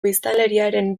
biztanleriaren